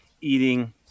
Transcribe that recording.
eating